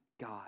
God